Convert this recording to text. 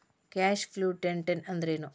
Cash flow statement ಅಂದ್ರೇನು?